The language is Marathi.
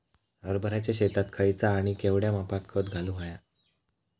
हरभराच्या शेतात खयचा आणि केवढया मापात खत घालुक व्हया?